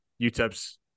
UTEP's